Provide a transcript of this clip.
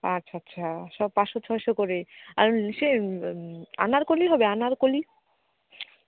আচ্ছা আচ্ছা সব পাঁচশো ছয়শো করে আর ইসে আনারকলি হবে আনারকলি